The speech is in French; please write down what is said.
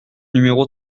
numéro